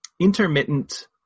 intermittent